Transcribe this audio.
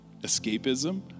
escapism